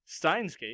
Steinsgate